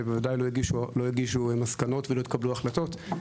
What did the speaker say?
והן בוודאי לא הגישו מסקנות ולא התקבלו החלטות.